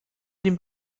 den